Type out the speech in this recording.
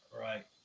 Right